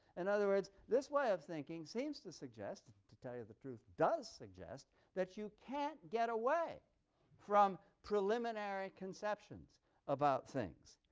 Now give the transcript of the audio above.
in other words, this way of thinking seems to suggest to tell you the truth it does suggest that you can't get away from preliminary conceptions about things.